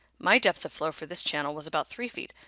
my depth of flow for this channel was about three feet,